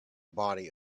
body